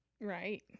Right